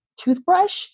toothbrush